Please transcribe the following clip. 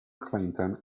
clinton